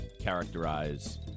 characterize